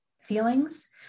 feelings